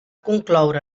concloure